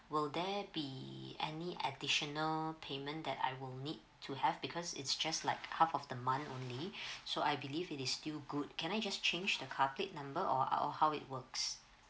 will there be any additional payment that I will need to have because it's just like half of the month only so I believe it is still good can I just change the car plate number or how how it works